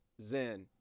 zen